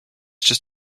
just